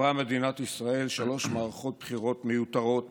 עברה מדינת ישראל שלוש מערכות בחירות מיותרות